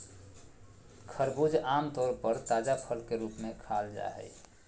खरबूजा आम तौर पर ताजा फल के रूप में खाल जा हइ